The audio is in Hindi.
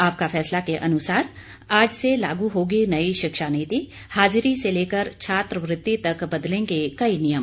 आपका फैसला के अनुसार आज से लागू होगी नई शिक्षा नीति हाजिरी से लेकर छात्रवृति तक बदलेंगे कई नियम